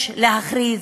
יש להכריז,